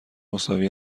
مساوی